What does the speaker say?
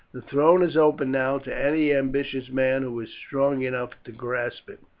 the throne is open now to any ambitious man who is strong enough to grasp it.